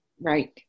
Right